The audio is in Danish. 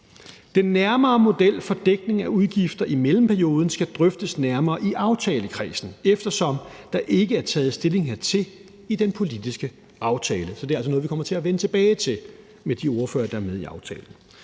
Den nærmere model for dækning af udgifter i mellemperioden skal drøftes nærmere i aftalekredsen, eftersom der ikke er taget stilling hertil i den politiske aftale. Så det er altså noget, vi kommer til at vende tilbage til med de ordførere, der er med i aftalen.